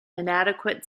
inadequate